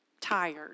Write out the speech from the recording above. tired